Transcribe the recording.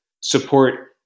support